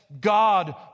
God